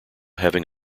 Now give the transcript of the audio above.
having